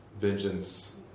vengeance